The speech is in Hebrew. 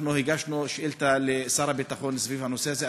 אנחנו הגשנו שאילתה לשר הביטחון סביב הנושא הזה.